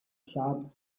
sharp